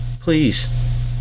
Please